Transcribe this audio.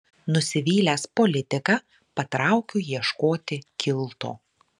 nusivylęs politika patraukiu ieškoti kilto